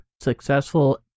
successful